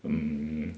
mm